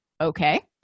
Okay